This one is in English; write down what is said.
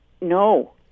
No